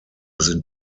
sind